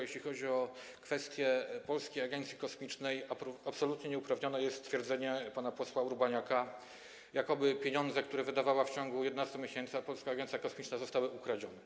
Jeżeli chodzi o kwestię Polskiej Agencji Kosmicznej, absolutnie nieuprawnione jest stwierdzenie pana posła Urbaniaka, jakoby pieniądze, które wydawała w ciągu 11 miesięcy Polska Agencja Kosmiczna, zostały ukradzione.